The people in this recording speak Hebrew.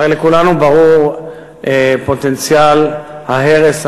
הרי לכולנו ברור פוטנציאל ההרס,